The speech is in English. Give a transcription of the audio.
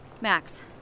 Max